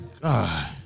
God